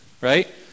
right